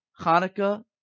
Hanukkah